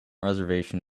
reservation